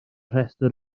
rhestr